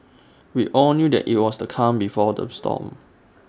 we all knew that IT was the calm before the storm